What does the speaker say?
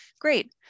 great